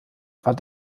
war